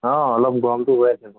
অঁ অলপ গৰমটো হৈ আছে